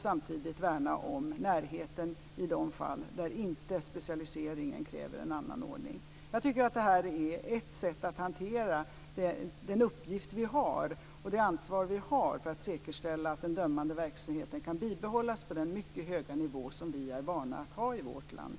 Samtidigt värnar vi om närheten i de fall där inte specialiseringen kräver en annan ordning. Jag tycker att det här är ett sätt att hantera den uppgift och det ansvar vi har för att säkerställa att den dömande verksamheten kan bibehållas på den mycket höga nivå som vi är vana att ha i vårt land.